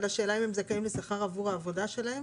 על השאלה אם הם זכאים לשכר עבור העבודה שלהם?